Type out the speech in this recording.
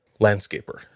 landscaper